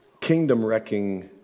kingdom-wrecking